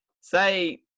Say